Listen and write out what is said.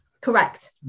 Correct